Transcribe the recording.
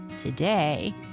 Today